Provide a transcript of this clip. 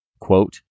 quote